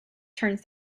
turns